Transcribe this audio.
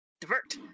divert